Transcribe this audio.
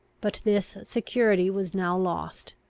but this security was now lost,